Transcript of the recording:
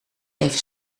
even